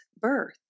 birth